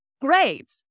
Great